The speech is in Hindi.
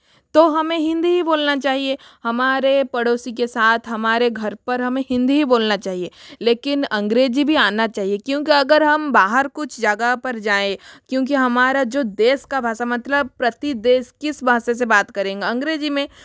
तो हमें हिंदी ही बोलना चाहिए हमारे पड़ोसी के साथ हमारे घर पर हमें हिंदी बोलना चाहिए लेकिन अंग्रेजी भी आना चाहिए क्योंकि अगर हम बाहर कुछ जगह पर जाएं क्योंकि हमारा जो देश का भाषा मतलब प्रतीत देश किस भाषा से बात करेंगे अंग्रेजी में